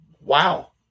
wow